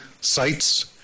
sites